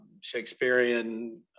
Shakespearean